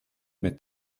mit